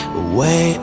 away